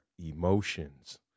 emotions